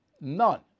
none